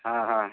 ହଁ ହଁ